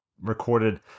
recorded